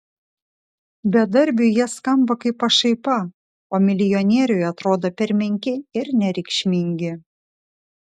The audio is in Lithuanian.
bedarbiui jie skamba kaip pašaipa o milijonieriui atrodo per menki ir nereikšmingi